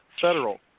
federal